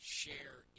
share